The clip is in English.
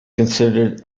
considered